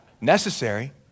Necessary